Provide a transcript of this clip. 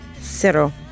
Zero